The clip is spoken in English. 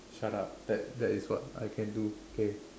shut up that that is what I can do okay